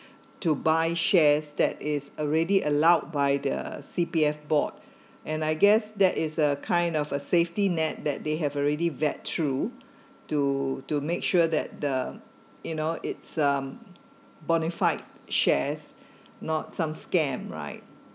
to buy shares that is already allowed by the C_P_F board and I guess that is a kind of a safety net that they have already vet through to to make sure that the you know it's um bona fide shares not some scam right